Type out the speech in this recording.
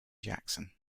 jackson